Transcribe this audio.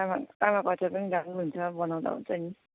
तामा तामाको अचार पनि राम्रो हुन्छ बनाउँदा हुन्छ नि